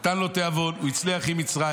נתן לו תיאבון, הוא הצליח עם מצרים,